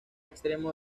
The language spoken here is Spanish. extremo